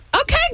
Okay